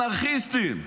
אנרכיסטים.